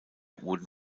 wurden